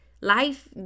life